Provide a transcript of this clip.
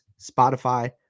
Spotify